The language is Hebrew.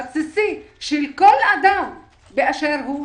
הבסיסי של כל אדם באשר הוא,